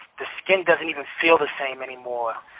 the skin doesn't even feel the same anymore.